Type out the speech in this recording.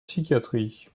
psychiatrie